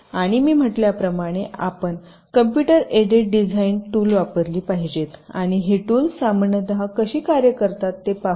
आणि मी म्हटल्याप्रमाणे आपण कॉम्पुटर एडेड डिझाइन टूल वापरली पाहिजेत आणि ही टूल सामान्यत कशी कार्य करतात ते पाहूया